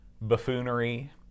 buffoonery